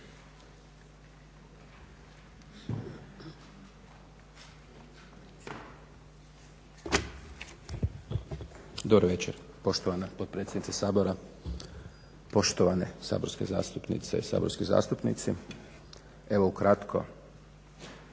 Dobro večer poštovana potpredsjednice Sabora, poštovane saborske zastupnice, saborski zastupnici. Evo ukratko